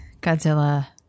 Godzilla